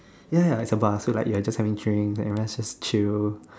ya ya is a bar so like you are just having drinks everyone is just chill